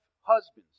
husbands